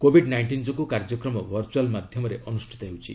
Covid nineteen ଯୋଗୁଁ କାର୍ଯ୍ୟକ୍ରମ virtual ମାଧ୍ୟମରେ ଅନୁଷ୍ଠିତ ହେଉଛି